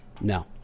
No